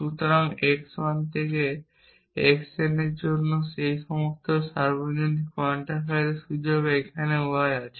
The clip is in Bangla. সুতরাং x 1 থেকে x n এর জন্য এই সমস্ত সার্বজনীন কোয়ান্টিফায়ারের সুযোগে এখানে y আছে